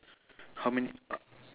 how many